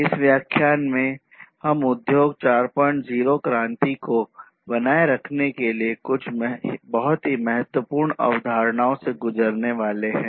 इस व्याख्यान में हम उद्योग 40 क्रांति को बनाए रखने के लिए कुछ बहुत ही महत्वपूर्ण अवधारणाओं से गुजरने वाले हैं